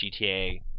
GTA